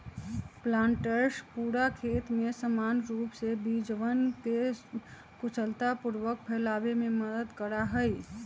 planters पूरा खेत में समान रूप से बीजवन के कुशलतापूर्वक फैलावे में मदद करा हई